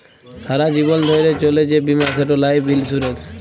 সারা জীবল ধ্যইরে চলে যে বীমা সেট লাইফ ইলসুরেল্স